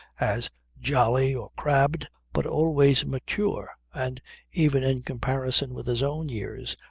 as jolly or crabbed, but always mature, and even, in comparison with his own years,